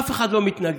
אף אחד לא מתנגד